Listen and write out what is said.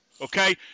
okay